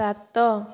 ସାତ